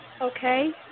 Okay